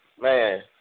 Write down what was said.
man